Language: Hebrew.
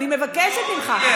אני מבקשת ממך, לא יהיה.